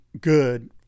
good